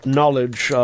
knowledge